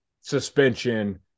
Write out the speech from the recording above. suspension